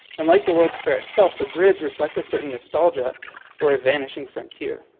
unlike the world's fair itself, the bridge reflects a certain nostalgia for a vanishing frontier.